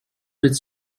its